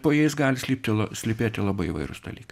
po jais gali slypti la slypėti labai įvairūs dalykai